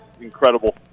incredible